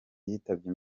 yitabye